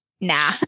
Nah